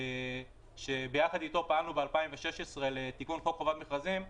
וביחד איתו פעלנו ב-2016 לתיקון חוק חובת מכרזים.